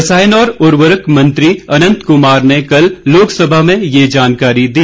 रसायन और उर्वरक मंत्री अनन्त कुमार ने कल लोकसभा में ये जानकारी दी